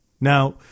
Now